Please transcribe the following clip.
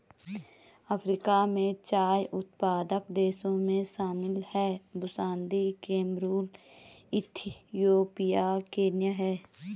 Africa में चाय उत्पादक देशों में शामिल हैं बुसन्दी कैमरून इथियोपिया केन्या है